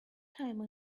time